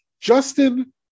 justin